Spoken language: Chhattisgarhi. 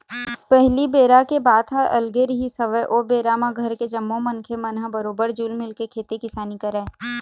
पहिली बेरा के बात ह अलगे रिहिस हवय ओ बेरा म घर के जम्मो मनखे मन ह बरोबर जुल मिलके खेती किसानी करय